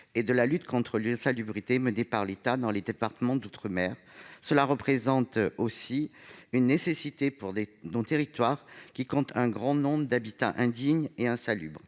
et de lutte contre l'insalubrité, menée par l'État dans les départements d'outre-mer. Cela représente aussi une nécessité pour nos territoires qui comptent un grand nombre d'habitats indignes et insalubres.